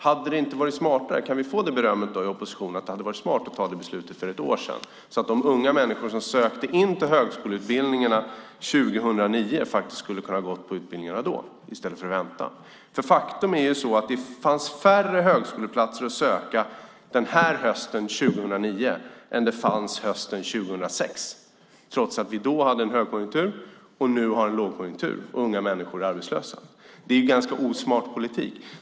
Hade det inte varit smartare - kan oppositionen få det berömmet - att fatta det beslutet för ett år sedan så att de unga människor som sökte in till högskoleutbildningarna 2009 faktiskt skulle ha kunnat gå på utbildningarna då i stället för att vänta? Faktum är att det fanns färre högskoleplatser att söka hösten 2009 än det fanns hösten 2006, trots att vi då hade en högkonjunktur och nu har en lågkonjunktur. Unga människor är arbetslösa. Det är en ganska osmart politik.